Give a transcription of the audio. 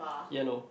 yellow